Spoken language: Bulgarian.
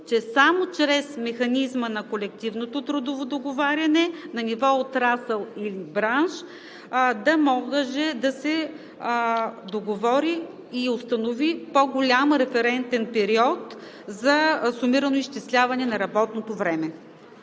само чрез механизма на колективното трудово договаряне на ниво отрасъл или бранш да може да се договори и установи по-голям референтен период за сумирано изчисляване на работното време.